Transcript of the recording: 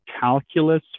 calculus